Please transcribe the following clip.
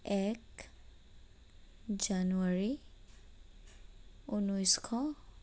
এক জানুৱাৰী ঊনৈছশ